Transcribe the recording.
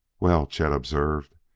well, chet observed,